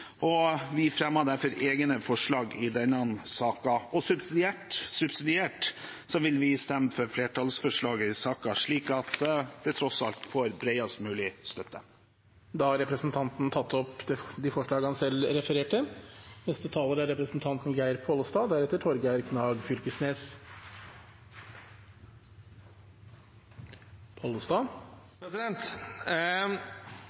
Vi fremmer derfor egne forslag i denne saken. Subsidiært vil vi stemme for flertallsforslaget i saken, slik at det tross alt får bredest mulig støtte. Representanten Kjell-Børge Freiberg har tatt opp de forslagene han refererte til. Grunngjevinga for dette forslaget er